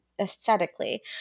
aesthetically